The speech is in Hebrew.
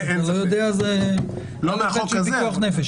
אתה לא יודע שזה עניין של פיקוח נפש?